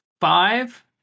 five